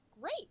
great